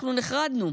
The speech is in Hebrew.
נחרדנו,